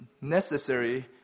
necessary